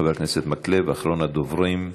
חבר הכנסת מקלב, אחרון הדוברים.